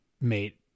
mate